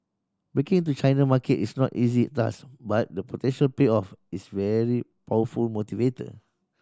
breaking into China market is no easy task but the potential payoff is very powerful motivator